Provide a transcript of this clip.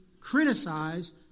criticize